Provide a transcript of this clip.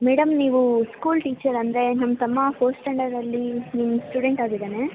madam ನೀವು school teacher ಅಂದರೆ ನನ್ನ ತಮ್ಮ ಫೋರ್ಥ್ ಸ್ಟ್ಯಾಂಡರ್ಡಲ್ಲಿ ನಿಮ್ಮ ಸ್ಟೂಡೆಂಟ್ ಆಗಿದ್ದಾನೆ